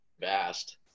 vast